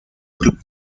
club